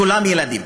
כולם ילדים